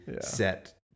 set